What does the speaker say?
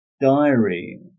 diary